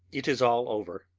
it is all over.